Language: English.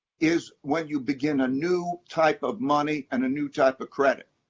is when you begin a new type of money and a new type of credit.